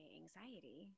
anxiety